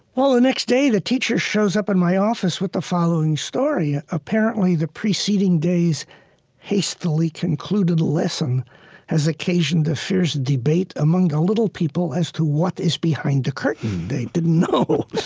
well, the next day, the teacher shows up at my office with the following story. apparently the preceding day's hastily-concluded lesson has occasioned a fierce debate among the little people as to what is behind the curtain. they didn't know.